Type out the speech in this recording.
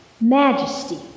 majesty